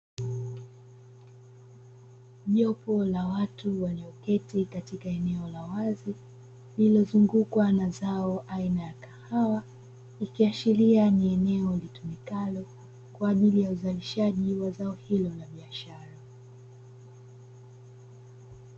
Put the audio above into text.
Jopo la watu walioketi katika eneo la wazi lililozungukwa na zao aina ya kahawa ikiashiria ni eneo litumikalo kwa ajili ya uzalishaji wa zao hilo la biashara.